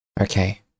Okay